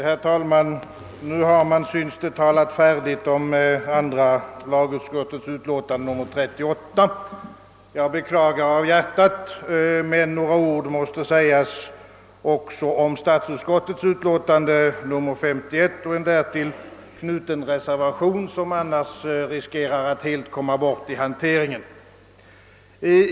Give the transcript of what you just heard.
Herr talman! Diskussionen om andra lagutskottets utlåtande nr 38 tycks nu vara slut, och jag beklagar av hjärtat att några ord måste sägas om statsutskottets utlåtande nr 51 och en därtill fogad reservation, som annars riskerar att helt komma bort i hanteringen.